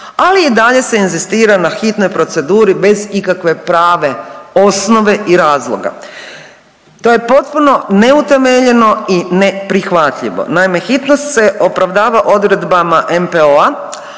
Ali i dalje se inzistira na hitnoj proceduri bez ikakve prave osnove i razloga. To je potpuno neutemeljeno i neprihvatljivo. Naime, hitnost se opravdava odredbama NPOO-a,